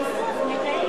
הבעת